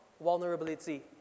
vulnerability